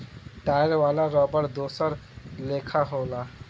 tyre वाला रबड़ दोसर लेखा होला